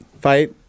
fight